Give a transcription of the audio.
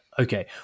okay